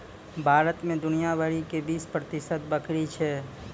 भारत मे दुनिया भरि के बीस प्रतिशत बकरी छै